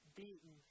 beaten